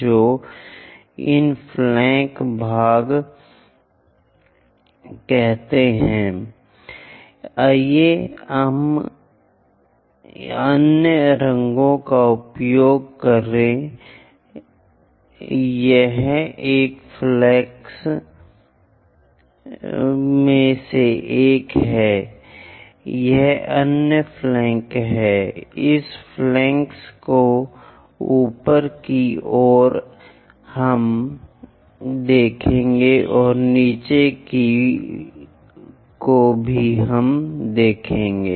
तो इन्हें फ़्लेन्क भाग कहा जाता है आइए हम अन्य रंगों का उपयोग करें यह एक फ़्लैक्स में से एक है यह अन्य फ़्लैक है इन फ़्लैक्स को ऊपर की ओर हम देखेंगे और नीचे की ओर भी हम देखेंगे